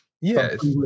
Yes